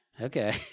Okay